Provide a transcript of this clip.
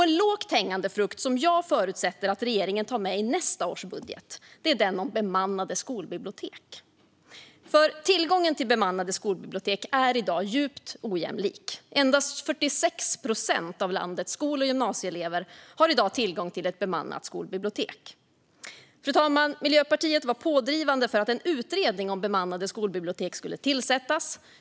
En lågt hängande frukt, som jag förutsätter att regeringen tar med i nästa års budget, är bemannade skolbibliotek, för tillgången till bemannade skolbibliotek är i dag djupt ojämlik. Endast 46 procent av landets skol och gymnasieelever har i dag tillgång till ett bemannat skolbibliotek. Fru talman! Miljöpartiet var pådrivande för att en utredning om bemannade skolbibliotek skulle tillsättas.